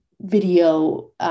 video